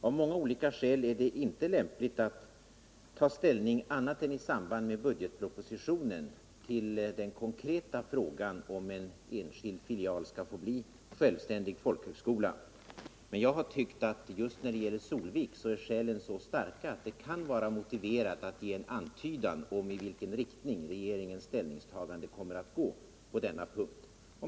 Av många olika skäl är det inte lämpligt att annat än i samband med budgetpropositionen ta ställning till den konkreta frågan om en enskild filial skall få bli självständig folkhögskola, men jag har tyckt att just när det gäller Solvik är skälen härför så starka att det kan vara motiverat att ge en antydan om i vilken riktning regeringens ställningstagande kommer att gå på denna punkt.